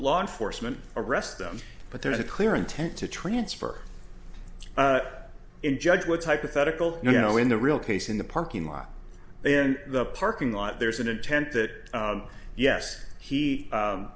law enforcement arrest them but there is a clear intent to transfer in judge what's hypothetical you know in the real case in the parking lot in the parking lot there's an intent that yes he